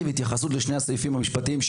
תוך התייחסות לשני הסעיפים המשפטיים,